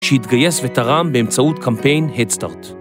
שהתגייס ותרם באמצעות קמפיין הדסטארט